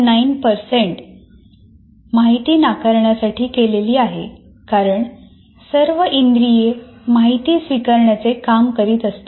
9 टक्के माहिती नाकारण्यासाठी केलेली आहे कारण सर्व इंद्रिये माहिती स्वीकारण्याचे काम करीत असतात